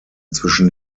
zwischen